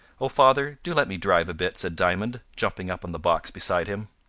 oh, father, do let me drive a bit, said diamond, jumping up on the box beside him.